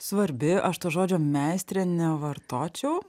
svarbi aš to žodžio meistrė nevartočiau